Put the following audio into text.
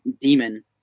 demon